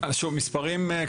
שוב מספרים.